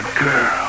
girl